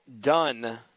done